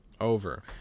Over